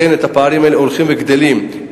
והפערים האלה הולכים וגדלים.